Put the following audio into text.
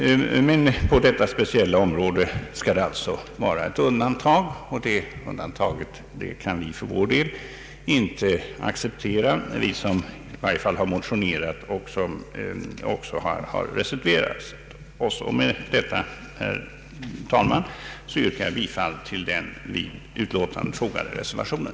Men på detta speciella område skall det alltså vara ett undantag, och det undantaget kan vi motionärer och reservanter inte acceptera. Med detta, herr talman, yrkar jag bifall till den vid utlåtandet fogade reservationen.